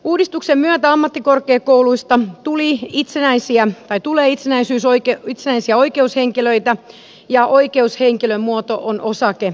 uudistuksen myötä ammattikorkeakouluista tuuli h itsenäisiä tai tuule itsenäisyys tulee itsenäisiä oikeushenkilöitä ja oikeushenkilömuoto on osakeyhtiö